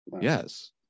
Yes